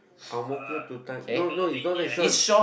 Ang-Mo-Kio to Tai~ no no it's not that short